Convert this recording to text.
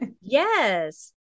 Yes